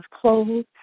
clothes